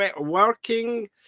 working